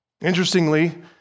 Interestingly